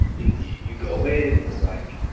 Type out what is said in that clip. you go in is like,